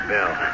Bill